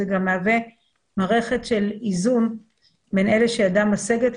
זה גם מהווה מערכת של איזון בין אלה שידם משגת,